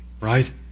Right